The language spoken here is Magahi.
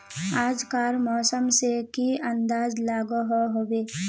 आज कार मौसम से की अंदाज लागोहो होबे?